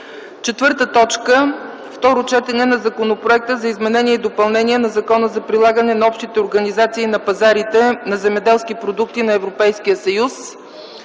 седалище София. 4. Второ четене на Законопроекта за изменение и допълнение на Закона за прилагане на Общите организации на пазарите на земеделски продукти на Европейския съюз.